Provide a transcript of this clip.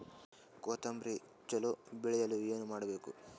ಕೊತೊಂಬ್ರಿ ಚಲೋ ಬೆಳೆಯಲು ಏನ್ ಮಾಡ್ಬೇಕು?